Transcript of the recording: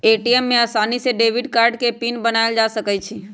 ATM में आसानी से डेबिट कार्ड के पिन बनायल जा सकई छई